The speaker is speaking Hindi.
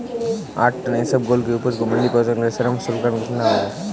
आठ टन इसबगोल की उपज को मंडी पहुंचाने के लिए श्रम शुल्क कितना होगा?